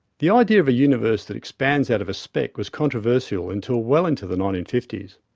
the idea of a universe that expands out of a speck was controversial until well into the nineteen fifty s.